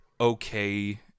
okay